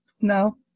no